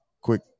quick